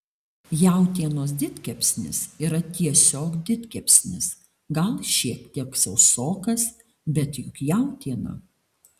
jautienos didkepsnis yra tiesiog didkepsnis gal šiek tiek sausokas bet juk jautiena